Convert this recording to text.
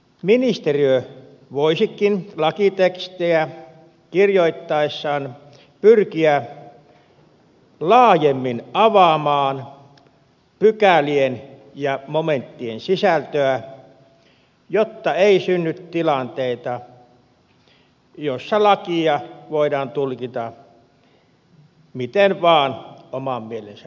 ministeriö voisikin lakitekstejä kirjoittaessaan pyrkiä laajemmin avaamaan pykälien ja momenttien sisältöä jotta ei synny tilanteita joissa lakia voidaan tulkita miten vaan oman mielensä mukaan